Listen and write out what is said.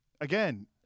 again